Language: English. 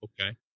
Okay